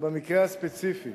במקרה הספציפי,